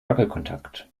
wackelkontakt